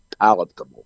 palatable